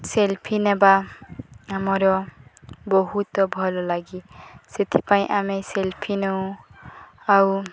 selfie ନେବା ଆମର ବହୁତ ଭଲ ଲାଗେ ସେଥିପାଇଁ ଆମେ ସେଲ୍ଫି ନେଉ ଆଉ